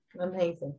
Amazing